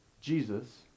Jesus